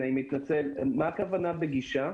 מה הכוונה במילה "גישה"?